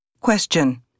Question